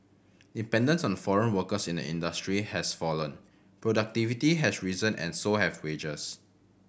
dependence on foreign workers in the industry has fallen productivity has risen and so have wages